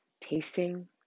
tasting